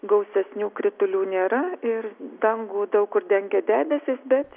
gausesnių kritulių nėra ir dangų daug kur dengia debesys bet